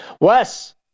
Wes